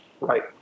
Right